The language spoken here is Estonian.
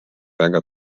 väga